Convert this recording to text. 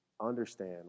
understand